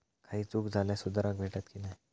काही चूक झाल्यास सुधारक भेटता की नाय?